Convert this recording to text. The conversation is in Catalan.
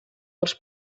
els